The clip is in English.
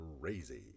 crazy